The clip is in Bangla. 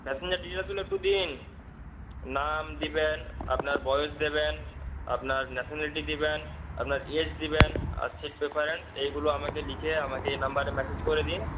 প্যাসেঞ্জার ডিটেলসগুলো একটু দিন নাম দেবেন আপনার বয়স দেবেন আপনার ন্যাশানালিটি দেবেন আপনার এজ দেবেন আর সিট প্রেফারেন্স এইগুলো আমাকে লিখে আমাকে এই নাম্বারে মেসেজ করে দিন